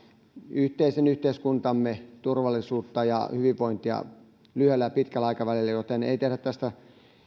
yhteisen yhteiskuntamme turvallisuutta ja hyvinvointia lyhyellä ja pitkällä aikavälillä joten ei tehdä tästä